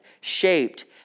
shaped